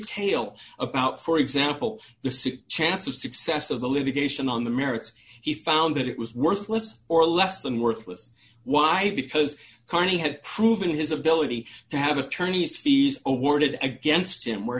detail about for example the chance of success of the limitation on the merits he found that it was worth less or less than worthless why because carney had proven his ability to have attorneys fees awarded against him where